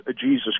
Jesus